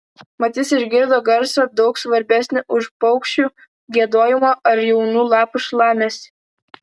mat jis išgirdo garsą daug svarbesnį už paukščių giedojimą ar jaunų lapų šlamesį